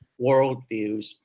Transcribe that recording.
worldviews